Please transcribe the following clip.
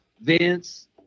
Vince